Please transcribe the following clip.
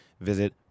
Visit